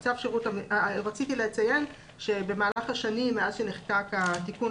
רציתי לציין שבמהלך השנים מאז שנחקק התיקון